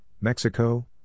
Mexico